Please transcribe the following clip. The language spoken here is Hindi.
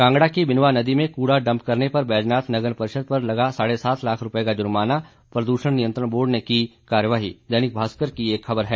कांगड़ा की बिनवा नदी में कूड़ा डंप करने पर बैजनाथ नगर परिषद पर लगा साढ़े सात लाख रुपये का जुर्माना प्रदूषण नियंत्रण बोर्ड ने की कार्यवाही दैनिक भास्कर की एक ख़बर है